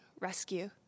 rescue